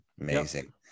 amazing